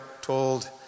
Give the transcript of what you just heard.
told